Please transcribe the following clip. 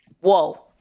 Whoa